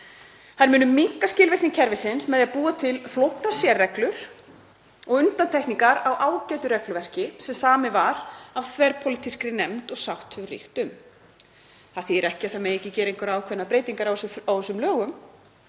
Þær munu minnka skilvirkni kerfisins með því að búa til flóknar sérreglur og undantekningar á ágætu regluverki sem samið var af þverpólitískri nefnd og sátt hefur ríkt um. Það þýðir ekki að það megi ekki gera einhverjar ákveðnar breytingar á þessum lögum.